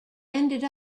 ended